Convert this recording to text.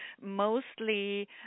mostly